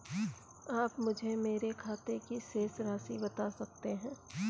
आप मुझे मेरे खाते की शेष राशि बता सकते हैं?